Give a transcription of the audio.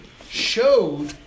showed